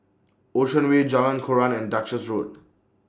Ocean Way Jalan Koran and Duchess Road